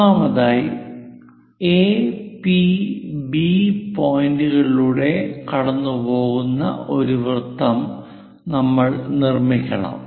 ഒന്നാമതായി A P B A P B പോയിന്റുകളിലൂടെ കടന്നുപോകുന്ന ഒരു വൃത്തം നമ്മൾ നിർമ്മിക്കണം